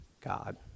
God